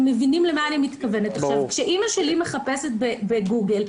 כשאמא שלי מחפשת בגוגל,